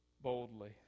boldly